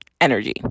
energy